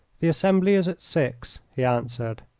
the assembly is at six, he answered.